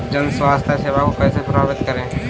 जन स्वास्थ्य सेवाओं को कैसे प्राप्त करें?